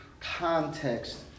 context